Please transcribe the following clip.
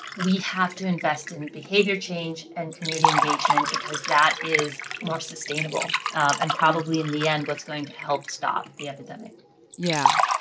we have to invest in behavior change and community engagement because that is more sustainable and, probably, in the end, what's going to help stop the epidemic yeah,